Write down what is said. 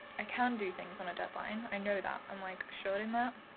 i can do things on a deadline, i know that, i'm like assured in that,